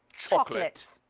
chocolate.